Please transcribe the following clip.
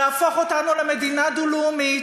להפוך אותנו למדינה דו-לאומית,